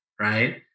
right